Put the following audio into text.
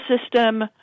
system